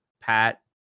Pat